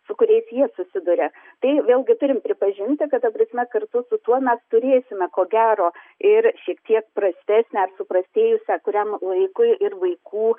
su kuriais jie susiduria tai vėlgi turim pripažinti kad ta prasme kartu su tuo mes turėsime ko gero ir šiek tiek prastesnę ar suprastėjusią kuriam laikui ir vaikų